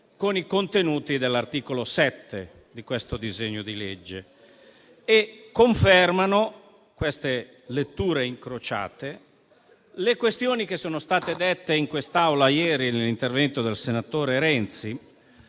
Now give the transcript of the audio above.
con i contenuti dell'articolo 7 di questo disegno di legge. Confermano questa lettura incrociata le questioni che sono state dette in quest'Aula ieri nell'intervento del senatore Renzi